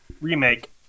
remake